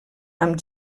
amb